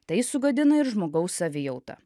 tai sugadina ir žmogaus savijautą